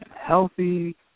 healthy